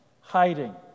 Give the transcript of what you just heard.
hiding